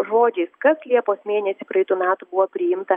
žodžiais kas liepos mėnesį praeitų metų buvo priimta